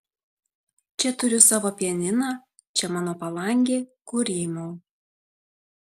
čia turiu savo pianiną čia mano palangė kur rymau